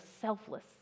selfless